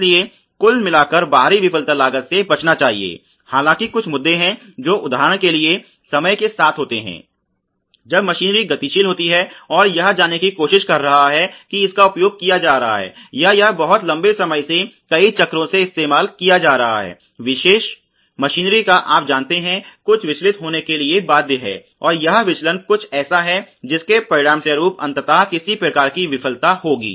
इसलिए कुल मिलकर बाहरी विफलता लागत से बचना चाहिए हालांकि कुछ मुद्दे हैं जो उदाहरण के लिए समय के साथ होते हैं जब मशीनरी गतिशील होती है और यह जानने की कोशिश कर रहा है कि इसका उपयोग किया जा रहा है या यह बहुत लंबे समय से कई चक्रों से इस्तेमाल किया जा रहा है विशेष मशीनरी का आप जानते हैंयह कुछ विचलित होने के लिए बाध्य है और यह विचलन कुछ ऐसा है जिसके परिणामस्वरूप अंततः किसी प्रकार की विफलता होगी